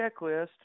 checklist